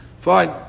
Fine